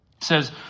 says